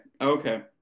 Okay